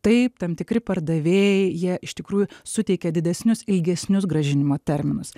taip tam tikri pardavėjai jie iš tikrųjų suteikia didesnius ilgesnius grąžinimo terminus